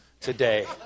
today